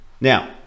Now